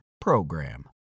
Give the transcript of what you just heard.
PROGRAM